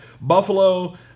Buffalo